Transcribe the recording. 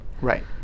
Right